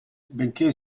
benché